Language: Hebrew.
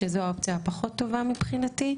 שזו האופציה הפחות טובה מבחינתי,